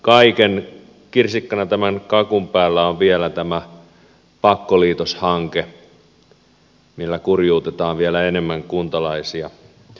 ja kirsikkana tämän kakun päällä on vielä tämä pakkoliitoshanke millä kurjuutetaan vielä enemmän kuntalaisia